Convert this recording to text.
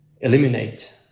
eliminate